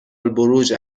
البروج